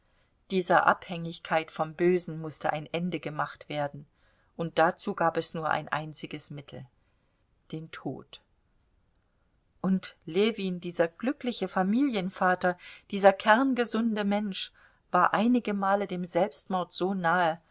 dieser abhängigkeit vom bösen mußte ein ende gemacht werden und dazu gab es nur ein einziges mittel den tod und ljewin dieser glückliche familienvater dieser kerngesunde mensch war einige male dem selbstmord so nahe